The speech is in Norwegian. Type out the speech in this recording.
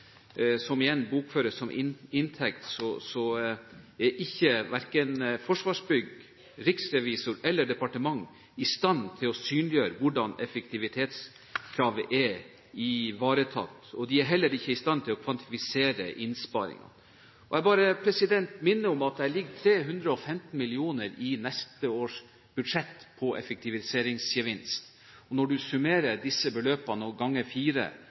synliggjøre hvordan effektivitetskravet er ivaretatt. De er heller ikke i stand til å kvantifisere innsparingene. Jeg bare minner om at det ligger 315 mill. kr i neste års budsjett på effektiviseringsgevinst. Når man summerer disse beløpene og ganger med fire,